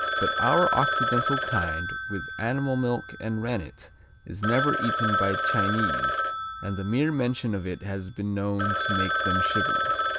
but our occidental kind with animal milk and rennet is never eaten by chinese and the mere mention of it has been known to make them shiver.